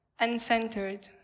uncentered